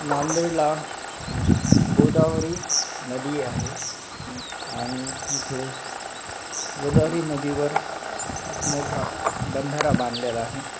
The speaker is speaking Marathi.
नांदेडला गोदावरी नदी आहे आणि इथे गोदावरी नदीवर एक मोठा बंधारा बांधलेला आहे